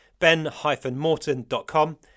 ben-morton.com